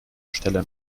stellen